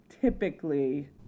typically